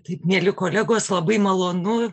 taip mieli kolegos labai malonu